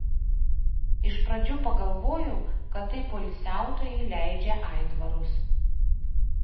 iš pradžių pagalvojau kad tai poilsiautojai leidžia aitvarus